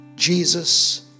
Jesus